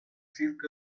silk